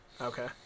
Okay